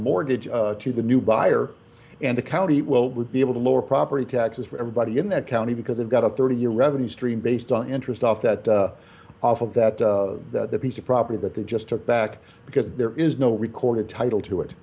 mortgage to the new buyer and the county would be able to lower property taxes for everybody in that county because it got a thirty year revenue stream based on interest off that off of that the piece of property that they just took back because there is no record of title to it